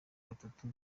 batatu